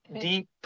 deep